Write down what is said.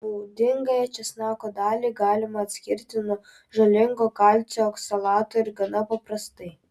naudingąją česnako dalį galima atskirti nuo žalingo kalcio oksalato ir gana paprastai